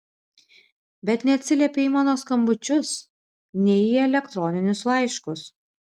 bet neatsiliepei į mano skambučius nei į elektroninius laiškus